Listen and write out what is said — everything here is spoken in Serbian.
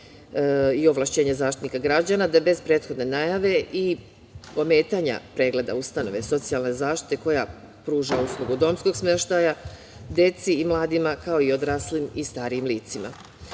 i ovlašćenje Zaštitnika građana da bez prethodne najave i ometanja pregleda ustanove socijalne zaštite koja pruža uslugu domskog smeštaja deci i mladima, kao i odraslim i starijim licima.U